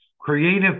Creative